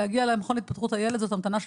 להגיע למכון להתפתחות הילד זו המתנה של